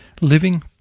Living